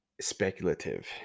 speculative